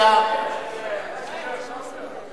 להביע אי-אמון